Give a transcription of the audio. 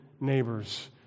neighbors